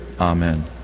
Amen